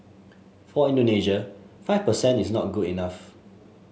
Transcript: for Indonesia five per cent is not good enough